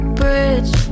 bridge